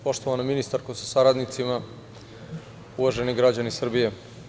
Poštovana ministarko sa saradnicima, uvaženi građani Srbije.